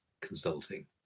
consulting